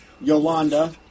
Yolanda